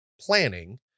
planning